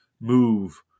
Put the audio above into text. move